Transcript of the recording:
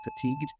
fatigued